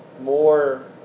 more